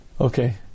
Okay